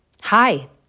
Hi